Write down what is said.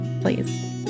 please